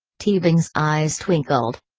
teabing's eyes twinkled.